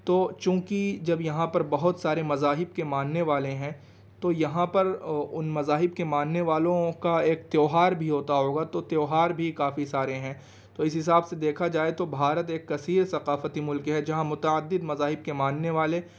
تو چونکہ جب یہاں پر بہت سارے مذاہب کے ماننے والے ہیں تو یہاں پر ان مذاہب کے ماننے والوں کا ایک تیوہار بھی ہوتا ہوگا تو تیوہار بھی کافی سارے ہیں تو اس حساب سے دیکھا جائے تو بھارت ایک کثیر ثقافتی ملک ہے جہاں متعدد مذاہب کے ماننے والے